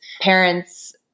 parents